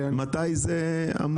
מתי זה אמור?